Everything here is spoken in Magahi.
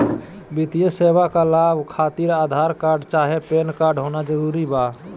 वित्तीय सेवाएं का लाभ खातिर आधार कार्ड चाहे पैन कार्ड होना जरूरी बा?